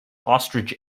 ostrich